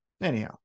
Anyhow